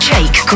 Jake